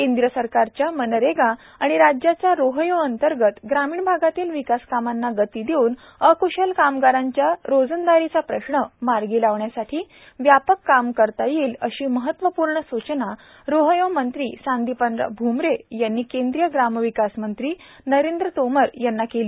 केंद्र सरकारच्या मनरेगा य राज्याच्या रोहयो अंतर्गत ग्रामीण भागातील विकास कामांना गती देऊन अकुशल कामगारांच्या रोजंदारीचा प्रश्न मार्गी लावण्यासाठी व्यापक काम करता येईल अशी महत्त्वपूर्ण सूचना रोहयो मंत्री संदीपान भूमरे यांनी केंद्रीय ग्रामविकास मंत्री नरेंद्रजी तोमर यांच्याकडे मांडली